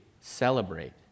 celebrate